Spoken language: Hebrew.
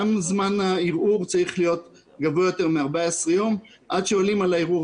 גם זמן הערעור צריך להיות הרבה יותר מ-14 ימים כי עד שעולים על הערעור,